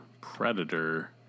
Predator